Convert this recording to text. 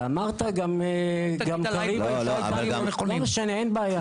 לא משנה, אין בעיה.